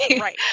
Right